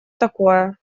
такое